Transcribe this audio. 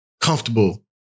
comfortable